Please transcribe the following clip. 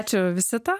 ačiū visata